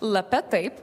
lape taip